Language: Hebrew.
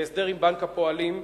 להסדר עם בנק הפועלים,